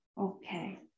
okay